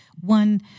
one